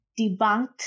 debunked